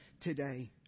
today